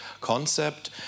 concept